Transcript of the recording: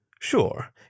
Sure